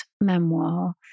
memoir